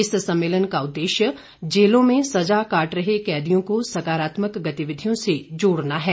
इस सम्मेलन का उददेश्य जेलों में सजा काट रहे कैदियों को सकारात्मक गतिविधियों से जोड़ना है